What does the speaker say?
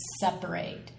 separate